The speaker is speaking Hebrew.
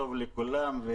טוב לכולם.